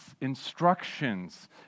instructions